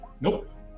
Nope